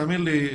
תאמין לי,